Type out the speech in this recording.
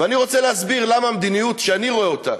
ואני רוצה להסביר למה המדיניות שאני רואה אותה,